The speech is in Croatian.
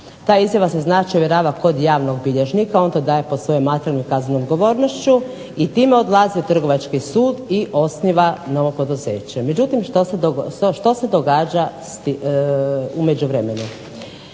Ta izjava se znači ovjerava kod javnog bilježnika, on to daje po svojoj materijalnoj i kaznenoj odgovornosti i time odlazi u Trgovački sud i osniva novo poduzeće. Međutim, što se događa u međuvremenu?